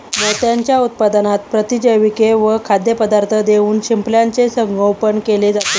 मोत्यांच्या उत्पादनात प्रतिजैविके व खाद्यपदार्थ देऊन शिंपल्याचे संगोपन केले जाते